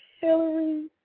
Hillary